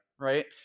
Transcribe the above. right